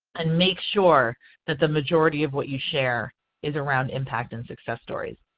and make sure that the majority of what you share is around impact and success stories.